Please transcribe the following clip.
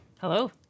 Hello